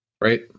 Right